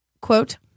Quote